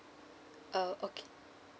oh okay